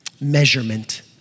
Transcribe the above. measurement